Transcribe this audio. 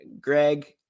Greg